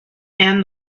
and